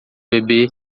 bebê